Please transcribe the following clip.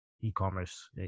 e-commerce